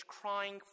crying